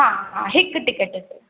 हा हा हिक टिकिट ते